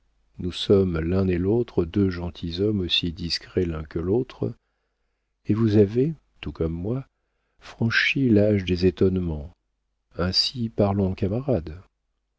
nous sommes l'un et l'autre deux gentilshommes aussi discrets l'un que l'autre et vous avez tout comme moi franchi l'âge des étonnements ainsi parlons en camarades